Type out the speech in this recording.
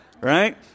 right